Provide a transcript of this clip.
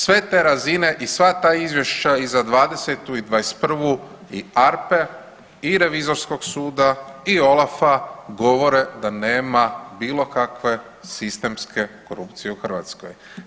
Sve te razine i sva ta izvješća i za '20.-tu i '21.-u i ARPA-e i revizorskog suda i OLAF-a govore da nema bilo kakve sistemske korupcije u Hrvatskoj.